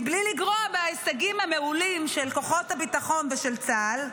בלי לגרוע מההישגים המעולים של כוחות הביטחון ושל צה"ל,